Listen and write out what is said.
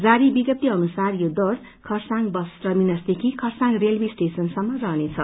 जारी विज्ञप्ती अनुसार यो दौड खरसाङ बस टर्मिनस देखि खरसाङ रेलवे स्टेशन सम्म रहने छ